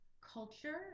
culture